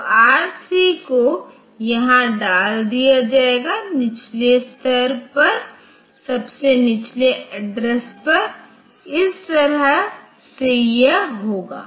तो R3 को यहाँ डाल दिया जाएगा निचले स्तर पर सबसे निचले एड्रेस पर इस तरह से यह होगा